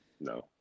No